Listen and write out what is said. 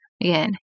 Again